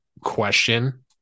question